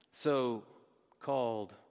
so-called